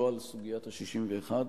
ולא על סוגיית ה-61.